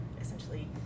essentially